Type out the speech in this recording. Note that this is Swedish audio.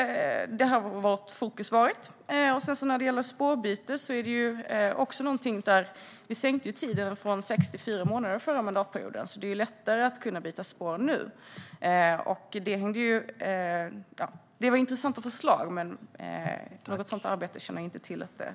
Vårt fokus har alltså varit på detta. Vad avser spårbyte sänktes tiden från sex till fyra månader under den förra mandatperioden. Det är lättare att byta spår nu. Förslagen är intressanta, men jag känner inte till att något sådant arbete pågår.